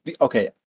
okay